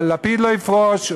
אבל לפיד לא יפרוש,